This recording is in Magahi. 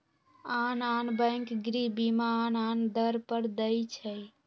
आन आन बैंक गृह बीमा आन आन दर पर दइ छै